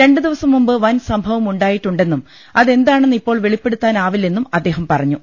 രണ്ട് ദിവസംമുമ്പ് വൻസംഭവം ഉണ്ടായിട്ടുണ്ടെന്നും അതെന്താണെന്ന് ഇപ്പോൾ വെളിപ്പെടുത്താനാവില്ലെന്നും അദ്ദേഹം പറഞ്ഞു